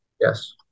Yes